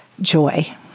joy